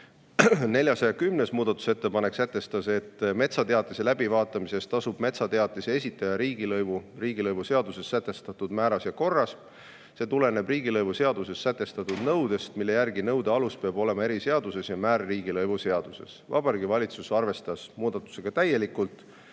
410. muudatusettepanek sätestas, et metsateatise läbivaatamise eest tasub metsateatise esitaja riigilõivu riigilõivuseaduses sätestatud määras ja korras. See tuleneb riigilõivuseaduses sätestatud nõudest, mille järgi nõude alus peab olema eriseaduses ja määr riigilõivuseaduses. Vabariigi Valitsus arvestas muudatust täielikult.